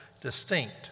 distinct